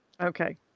okay